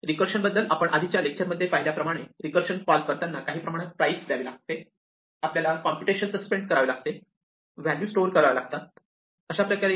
रीकर्षण बदल आपण आधीच्या लेक्चर मध्ये पहिल्याप्रमाणे रीकर्षण कॉल करताना काही प्रमाणात प्राईस द्यावी लागते आपल्याला कॉम्प्युटेशन सस्पेंड करावे लागते व्हॅल्यू स्टोअर कराव्या लागतात नंतर त्या व्हॅल्यू रीस्टोअर कराव्या लागतात